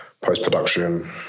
post-production